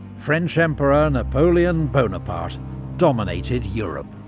french emperor napoleon bonaparte dominated europe.